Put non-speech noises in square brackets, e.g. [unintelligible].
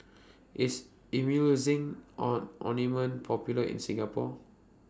IS Emulsying [unintelligible] Ointment Popular in Singapore